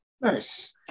Nice